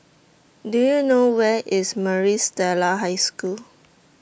Do YOU know Where IS Maris Stella High School